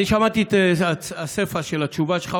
אני שמעתי את הסיפא של התשובה שלך,